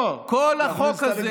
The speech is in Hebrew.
כל החוק הזה, לא.